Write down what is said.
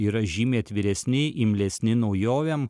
yra žymiai atviresni imlesni naujovėm